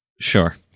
Sure